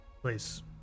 Please